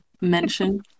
mention